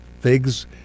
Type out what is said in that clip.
figs